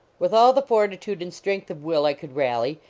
with all the fortitude and strength of will i could rally,